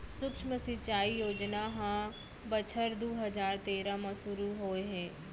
सुक्ष्म सिंचई योजना ह बछर दू हजार तेरा म सुरू होए हे